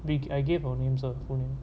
I I gave our names ah full names